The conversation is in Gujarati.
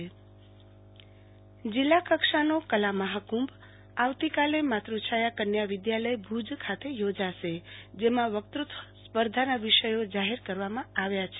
આરતીબેન ભદ્દ કલા મહાકુંભ જિલ્લા કક્ષાનો કલા મહાકુંભ આવતીકાલે માતૃ છાય કન્યા વિધાલયભુજ ખાતે યોજાશે જેમાં વકતૃ ત્વ સ્પર્ધાના વિષયો જાહેર કરવામાં આવ્યા છે